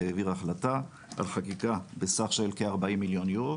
העביר החלטה על חקיקה בסך של כ-40 מיליון אירו